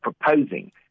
proposing